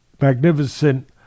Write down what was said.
magnificent